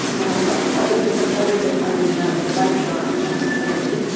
and i thought that was even harder than climbing the mountain, but i was wrong. the mountain was harder.